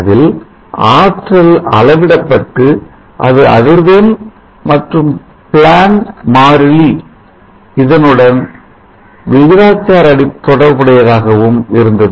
அதில் ஆற்றல் அளவிடப்பட்டு அது அதிர்வு எண் மற்றும் பிளான் மாறிலி உடன் விகிதாச்சார தொடர்புடையதாகவும் இருந்தது